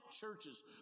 churches